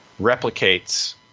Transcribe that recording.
replicates